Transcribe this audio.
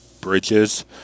bridges